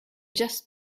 just